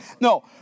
No